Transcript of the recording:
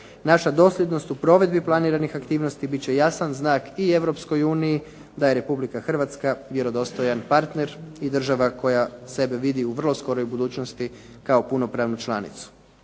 Naša dosljednost u provedbi planiranih aktivnosti bit će jasan znak i Europskoj uniji da je Republika Hrvatska vjerodostojan partner i država koja sebe vidi u vrlo skoroj budućnosti kao punopravnu članicu.